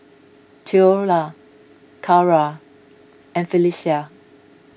theola Carra and Phylicia